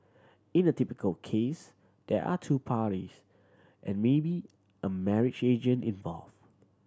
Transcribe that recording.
in a typical case there are two parties and maybe a marriage agent involved